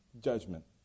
judgment